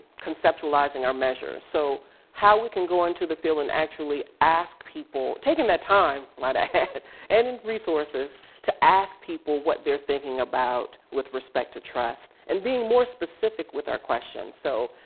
conceptualizing our measures. so how we can go into the field and actually ask people taking that time right ahead and and resources to ask people what they're thinking about with respect to trust and being more specific with our questions. so,